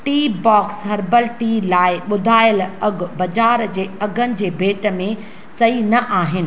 Teabox herbal tea लाइ ॿुधायल अघु बाजार जे अघनि जे भेट में सही न आहिनि